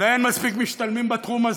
ואין מספיק משתלמים בתחום הזה.